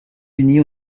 unis